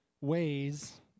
ways